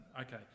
okay